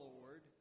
Lord